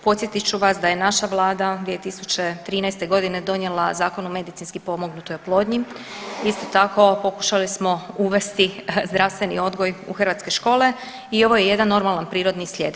Podsjetit ću vas da je naša vlada 2013.g. donijela Zakon o medicinski pomognutoj oplodnji, isto tako pokušali smo uvesti zdravstveni odgoj u hrvatske škole i ovo je jedan normalan prirodni slijed.